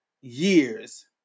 years